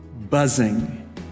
buzzing